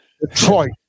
Detroit